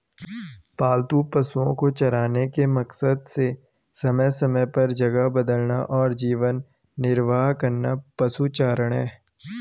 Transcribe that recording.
पालतू पशुओ को चराने के मकसद से समय समय पर जगह बदलना और जीवन निर्वाह करना पशुचारण है